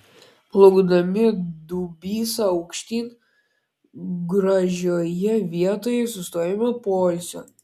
plaukdami dubysa aukštyn gražioje vietoje sustojome poilsio